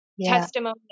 testimony